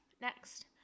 Next